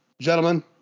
gentlemen